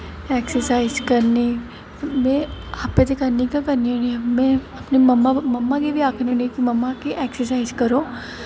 exercise करनी में आपें ते करनी गै करनी होनी आं में अपनी मम्मा मम्मा गी बी आखनी होनी कि मम्मा एक्सरसाइज करो